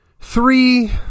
three